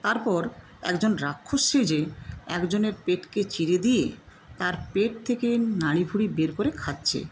তারপর একজন রাক্ষস সেজে একজনের পেটকে চিরে দিয়ে তার পেট থেকে নাড়িভুঁড়ি বের করে খাচ্ছে